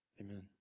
Amen